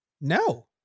no